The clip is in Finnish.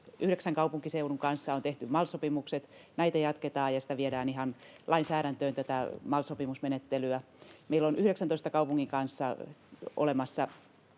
Yhdeksän kaupunkiseudun kanssa on tehty MAL-sopimukset, näitä jatketaan, ja tätä MAL-sopimusmenettelyä viedään ihan lainsäädäntöön. Meillä on 19 kaupungin kanssa olemassa